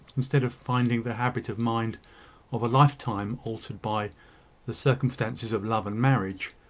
instead of finding the habit of mind of a lifetime altered by the circumstances of love and marriage,